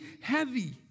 heavy